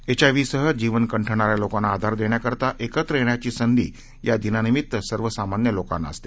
HIV सह जीवन कंठणाऱ्या लोकांना आधार देण्याकरिता एकत्र येण्याची संधी या दिनानिमित्त सर्वसामान्य लोकांना असते